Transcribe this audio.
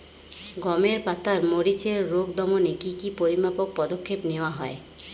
গমের পাতার মরিচের রোগ দমনে কি কি পরিমাপক পদক্ষেপ নেওয়া হয়?